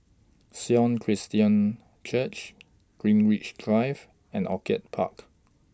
Sion Christian Church Greenwich Drive and Orchid Park